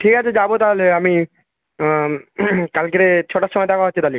ঠিক আছে যাবো তাহলে আমি কালকে ছটার সময় দেখা হচ্ছে তাহলে